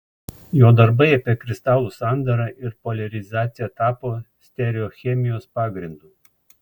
jo darbai apie kristalų sandarą ir poliarizaciją tapo stereochemijos pagrindu